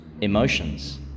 emotions